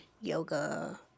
yoga